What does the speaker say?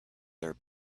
their